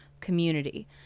community